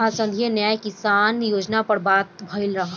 आज संघीय न्याय किसान योजना पर बात भईल ह